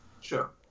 Sure